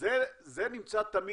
זה נמצא תמיד,